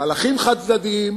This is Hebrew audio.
מהלכים חד-צדדיים